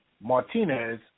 Martinez